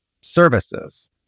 services